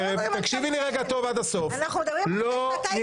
אנחנו לא מדברים --- תקשיבי לי רגע טוב עד הסוף.